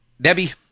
Debbie